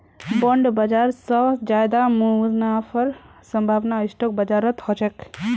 bond बाजार स ज्यादा मुनाफार संभावना स्टॉक बाजारत ह छेक